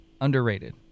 underrated